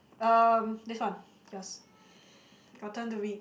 um this one yours your turn to read